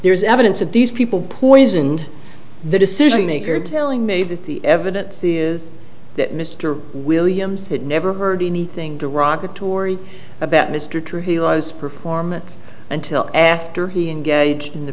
there's evidence that these people poisoned the decision maker telling me that the evidence is that mr williams had never heard anything derogatory about mr trujillo was performance until after he engaged in the